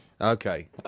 Okay